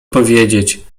powiedzieć